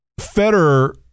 Federer